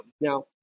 Now